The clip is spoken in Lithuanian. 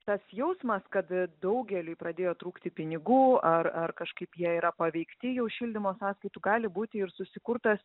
tas jausmas kad daugeliui pradėjo trūkti pinigų ar ar kažkaip jie yra paveikti jau šildymo sąskaitų gali būti ir susikurtas